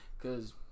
Cause